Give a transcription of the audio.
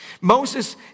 Moses